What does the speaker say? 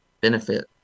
benefit